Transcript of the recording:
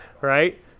Right